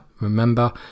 remember